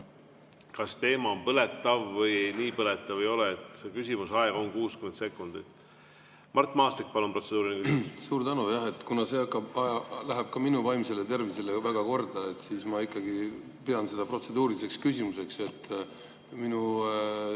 kas teema on põletav või nii põletav ei ole – küsimuse aeg on 60 sekundit. Mart Maastik, palun, protseduuriline küsimus! Suur tänu! Jah, kuna see läheb ka minu vaimsele tervisele väga korda, siis ma ikkagi pean seda protseduuriliseks küsimuseks, et minu